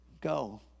go